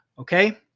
okay